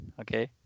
okay